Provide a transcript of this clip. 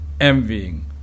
envying